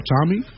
Tommy